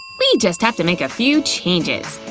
we just have to make a few changes.